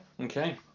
okay